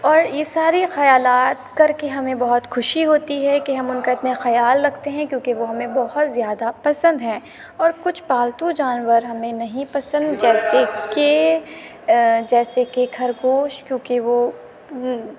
اور یہ سارے خیالات کرکے ہمیں بہت خوشی ہوتی ہے کہ ہم ان کا اتنا خیال رکھتے ہیں کیوں کہ وہ ہمیں بہت زیادہ پسند ہیں اور کچھ پالتو جانور ہمیں نہیں پسند جیسے کہ جیسے کہ خرگوش کیوں کہ وہ